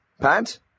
Pat